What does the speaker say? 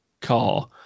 car